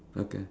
okay